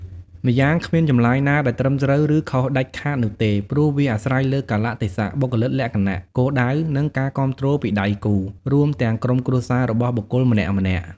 ម្យ៉ាងគ្មានចម្លើយណាដែលត្រឹមត្រូវ ឬខុសដាច់ខាត់នោះទេ ព្រោះវាអាស្រ័យលើកាលៈទេសៈ បុគ្គលិកលក្ខណៈ គោលដៅ និងការគាំទ្រពីដៃគូ រួមទាំងក្រុមគ្រួសាររបស់បុគ្គលម្នាក់ៗ។